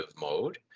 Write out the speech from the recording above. mode